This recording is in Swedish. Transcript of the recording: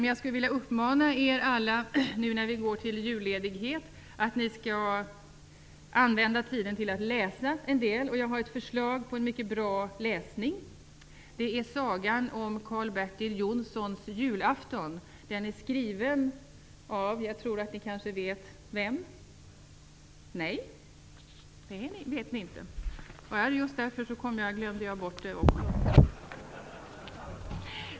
Men jag skulle vilja uppmana er alla, nu när vi går till julledighet, att använda tiden till att läsa en del. Jag har ett förslag på mycket bra läsning. Det är sagan om Karl Bertil Jonssons julafton. Jag tror att ni kanske vet vem den är skriven av. Nej?